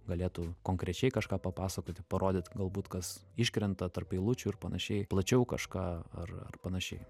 galėtų konkrečiai kažką papasakoti parodyt galbūt kas iškrenta tarp eilučių ir panašiai plačiau kažką ar ar panašiai